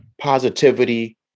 positivity